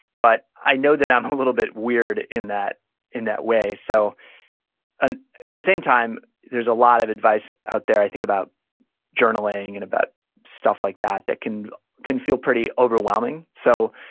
but i know that i'm a little bit weird in that in that way so and at the same time, there's a lot of advice out there, i think, about journaling, and about stuff like that, that can can feel pretty overwhelming. so,